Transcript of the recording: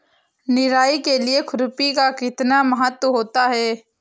निराई के लिए खुरपी का कितना महत्व होता है?